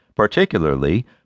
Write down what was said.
particularly